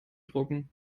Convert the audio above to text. drucken